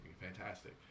Fantastic